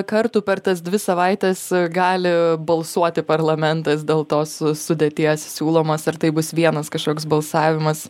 kartų per tas dvi savaites gali balsuoti parlamentas dėl tos sudėties siūlomos ar tai bus vienas kažkoks balsavimas